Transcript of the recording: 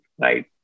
right